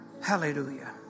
Hallelujah